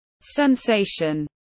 sensation